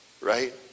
right